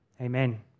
Amen